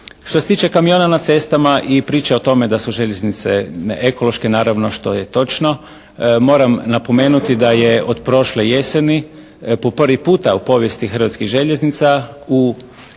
Što se tiče kamiona na cestama i priče o tome da su željeznice ekološke naravno što je točno, moram napomenuti da je od prošle jeseni po prvi puta u povijesti hrvatskih željeznica